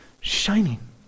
shining